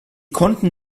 konnten